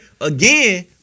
again